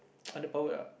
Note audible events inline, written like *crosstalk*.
*noise* under powered lah